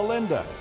Linda